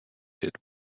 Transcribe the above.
hit